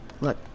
Look